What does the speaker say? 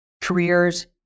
careers